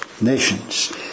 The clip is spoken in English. nations